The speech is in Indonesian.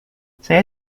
saya